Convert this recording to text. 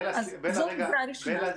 זאת עזרה ראשונה.